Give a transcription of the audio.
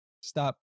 stop